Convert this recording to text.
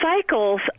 cycles